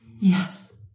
Yes